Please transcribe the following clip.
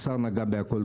השר נגע בכול.